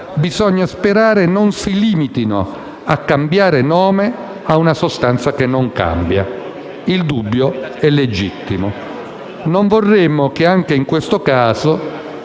di affidabilità non si limitino a cambiare nome a una sostanza che non cambia. Il dubbio è legittimo: non vorremmo che, anche in questo caso,